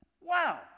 Wow